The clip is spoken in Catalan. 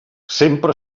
sempre